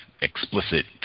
explicit